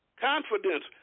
Confidence